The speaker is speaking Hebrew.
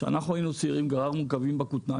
כשאנחנו היינו צעירים גררנו קווים בכותנה.